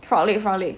frog leg frog leg